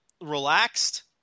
relaxed